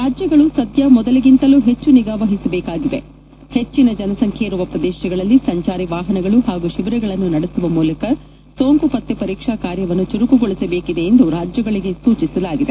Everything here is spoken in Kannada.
ರಾಜ್ಯಗಳು ಸದ್ಯ ಮೊದಲಿಗಿಂತಲೂ ಹೆಚ್ಚು ನಿಗಾ ವಹಿಸಬೇಕಾಗಿದೆ ಹೆಚ್ಚಿನ ಜನಸಂಖ್ಯೆ ಇರುವ ಪ್ರದೇಶಗಳಲ್ಲಿ ಸಂಚಾರಿ ವಾಹನಗಳು ಹಾಗೂ ಶಿಬಿರಗಳನ್ನು ನಡೆಸುವ ಮೂಲಕ ಸೋಂಕು ಪತ್ತೆ ಪರೀಕ್ಷಾ ಕಾರ್ಯವನ್ನು ಚುರುಕುಗೊಳಿಸಬೇಕಿದೆ ಎಂದು ರಾಜ್ಯಗಳಿಗೆ ಸೂಚಿಸಲಾಗಿದೆ